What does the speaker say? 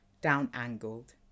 down-angled